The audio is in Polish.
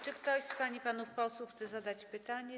Czy ktoś z pań i panów posłów chce zadać pytanie?